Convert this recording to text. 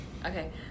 Okay